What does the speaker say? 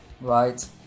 right